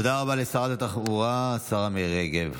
תודה רבה לשרת התחבורה, השרה מירי רגב.